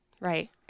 Right